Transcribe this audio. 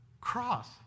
cross